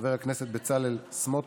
חבר הכנסת בצלאל סמוטריץ,